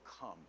come